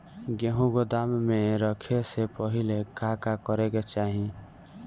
गेहु गोदाम मे रखे से पहिले का का करे के चाही?